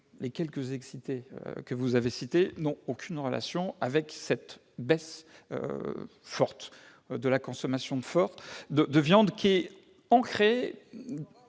les quelques excités que vous avez cités n'ont aucune relation avec cette forte baisse de la consommation de viande, qui trouve